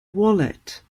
wallet